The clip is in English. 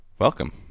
Welcome